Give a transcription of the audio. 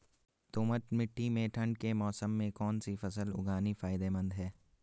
दोमट्ट मिट्टी में ठंड के मौसम में कौन सी फसल उगानी फायदेमंद है?